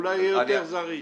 אולי זה יהיה יותר זריז.